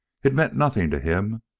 it meant nothing to him,